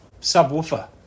subwoofer